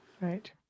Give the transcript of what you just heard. Right